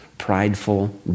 prideful